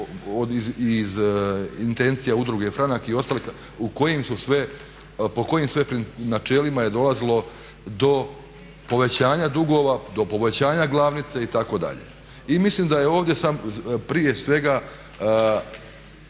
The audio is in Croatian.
iz intencija Udruge "Franak" i ostalih u kojim su sve, po kojim sve načelima je dolazilo do povećanja dugova, do povećanja glavnice itd. I mislim da je ovdje sam prije svega